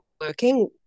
working